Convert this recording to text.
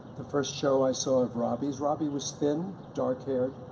the first show i saw of robbie's robbie was thin, dark-haired,